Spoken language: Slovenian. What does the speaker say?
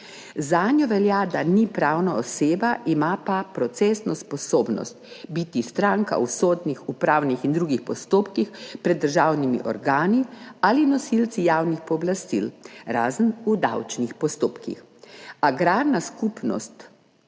Zanjo velja, da ni pravna oseba, ima pa procesno sposobnost biti stranka v sodnih, upravnih in drugih postopkih pred državnimi organi ali nosilci javnih pooblastil, razen v davčnih postopkih. Agrarna skupnost